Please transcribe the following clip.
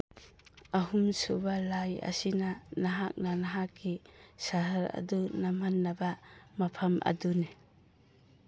ꯑꯍꯨꯝꯁꯨꯕ ꯂꯥꯏ ꯑꯁꯤꯅ ꯅꯍꯥꯛꯅ ꯅꯍꯥꯛꯀꯤ ꯁꯍꯔ ꯑꯗꯨ ꯅꯝꯍꯟꯅꯕ ꯃꯐꯝ ꯑꯗꯨꯅꯤ